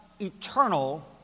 eternal